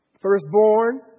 Firstborn